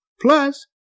Plus